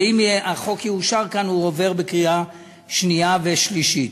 ואם החוק יאושר כאן זה עובר בקריאה שנייה ושלישית.